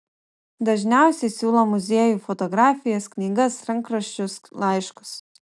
dažniausiai siūlo muziejui fotografijas knygas rankraščius laiškus